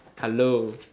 hello